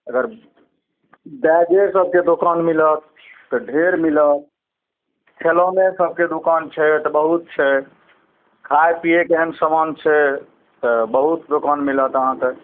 अगर बैगे सबके दोकान मिलत तऽ ढेर मिलत खेलौने सबके दोकान छै तऽ बहुत छै खाइ पियैके एहन सामान छै तऽ बहुत दोकान मिलत अहाँके